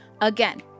Again